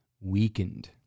weakened